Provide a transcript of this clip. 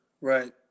Right